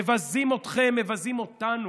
מבזים אתכם, מבזים אותנו.